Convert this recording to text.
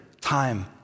time